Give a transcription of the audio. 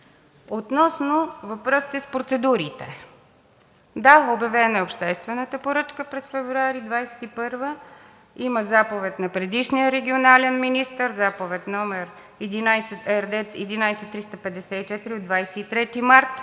Относно въпросите с процедурите. Да, обявена е обществената поръчка през февруари 2021 г. Има заповед на предишния регионален министър, Заповед № РД-11-354/23 март